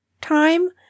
time